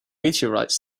meteorites